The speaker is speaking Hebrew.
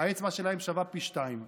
האצבע שלהם שווה פי שניים.